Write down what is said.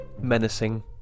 menacing